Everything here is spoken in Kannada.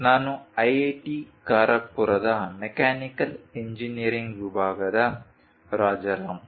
ನಾನು IIT ಖರಗ್ಪುರದ ಮೆಕ್ಯಾನಿಕಲ್ ಇಂಜಿನೀರಿಂಗ್ ವಿಭಾಗದಿಂದ ರಾಜಾರಾಮ್